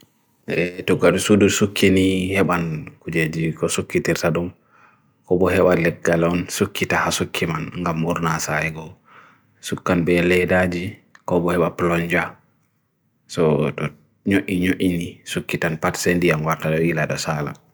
Tukar sudu suki ni ya ban kujaji ko suki tersadong ko bohewa let galon suki taha suki man ga murnas aego. Sukan beled aji ko bohewa pelonja. So nyu yi nyu yi ni suki tan patsendi ang vatara ila dasaala.